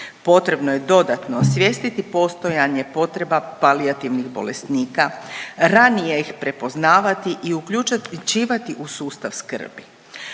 Potrebno je dodatno osvijestiti postojanje potreba palijativnih bolesnika, ranije ih prepoznavati i uključivati u sustav skrbi,